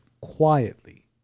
quietly